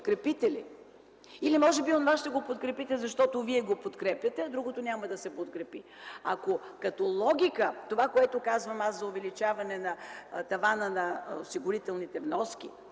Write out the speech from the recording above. подкрепите ли? Или може би онова ще го подкрепите, защото вие го подкрепяте, а другото няма да се подкрепи?! Ако като логика това, което казвам аз за увеличаване на тавана на осигурителните вноски,